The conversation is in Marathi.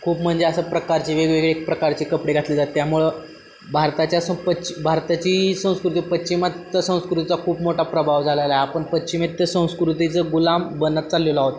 खूप म्हणजे असा प्रकारचे वेगवेगळे प्रकारचे कपडे घातले जात त्यामुळं भारताच्या सं पच्चि भारताची संस्कृती पाश्चिमात्य संस्कृतीचा खूप मोठा प्रभाव झाला आपण पाश्चिमात्य संस्कृतीचं गुलाम बनत चाललेलो आहोत